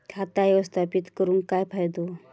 खाता व्यवस्थापित करून काय फायदो?